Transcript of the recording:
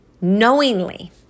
Knowingly